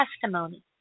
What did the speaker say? testimony